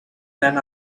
than